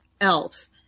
elf